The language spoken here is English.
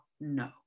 no